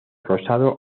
rosado